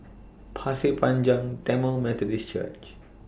Pasir Panjang Tamil Methodist Church